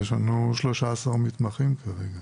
יש לנו 13 מתמחים כרגע